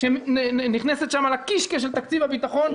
שנכנסת לקישקס של תקציב הביטחון.